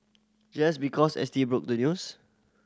just because S T broke the news